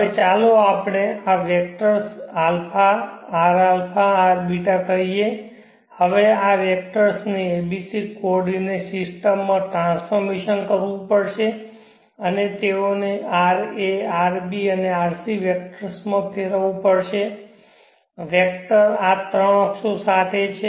હવે ચાલો આપણે આ વેક્ટર્સ α Rα Rβ કહીએ હવે આ વેક્ટર્સને a b c કોઓર્ડિનેંટ સિસ્ટમમાં ટ્રાન્સફોર્મશન કરવું પડશે અને તેઓને ra rb અને rc વેક્ટર્સમાં ફેરવવું પડશે વેક્ટર આ ત્રણ અક્ષો સાથે છે